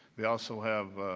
they also have